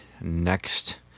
next